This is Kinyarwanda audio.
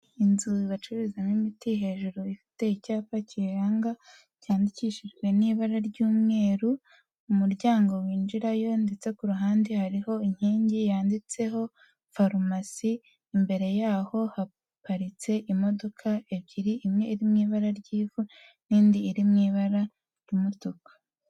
Inzu ibacururizamo imiti hejuru ifite icyapa kiyiranga cyandikishijwe n'ibara ry'umweru ndetse kumuryango winjirayo, ndetse ku ruhande hariho inkingi yanditseho farumasi, imbere yaho haparitse imodoka ebyiri, imwe iri mu ibara ry'ivu n'indi iri mu ibara ry'umutuku.